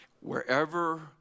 Wherever